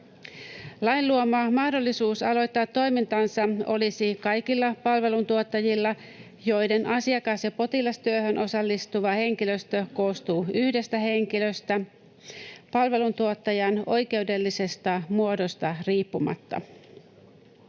Lain luoma mahdollisuus aloittaa toimintansa olisi kaikilla palveluntuottajilla, joiden asiakas- ja potilastyöhön osallistuva henkilöstö koostuu yhdestä henkilöstä, palveluntuottajan oikeudellisesta muodosta riippumatta.